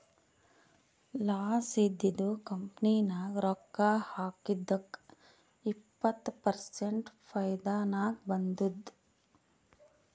loss ಇದ್ದಿದು company ನಾಗ್ ರೊಕ್ಕಾ ಹಾಕಿದ್ದುಕ್ ಇಪ್ಪತ್ ಪರ್ಸೆಂಟ್ ಫೈದಾ ನಾಗ್ ಬಂದುದ್